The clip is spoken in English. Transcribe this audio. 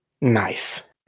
Nice